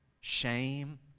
shame